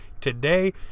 today